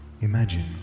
imagine